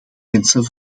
wensen